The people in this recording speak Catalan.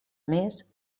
més